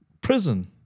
prison